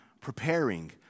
preparing